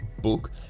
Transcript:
book